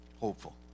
hopeful